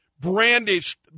brandished